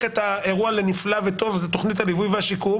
את האירוע לנפלא וטוב זאת תוכנית הלווי והשיקום